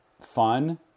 fun